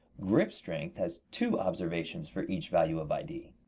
grip strength has two observations for each value of id.